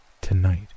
tonight